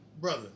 Brother